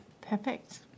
perfect